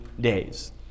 days